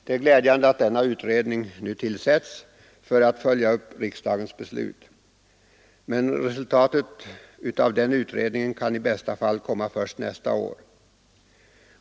Det är glädjande att denna utredning nu tillsatts för att följa upp riksdagens beslut. Men resultaten av utredningen kan i bästa fall komma först nästa år.